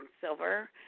silver